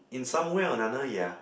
in some way or another yea